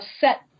set